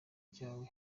ryawe